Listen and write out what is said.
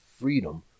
freedom